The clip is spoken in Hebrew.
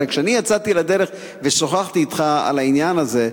הרי כשיצאתי לדרך ושוחחתי אתך על העניין הזה,